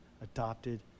adopted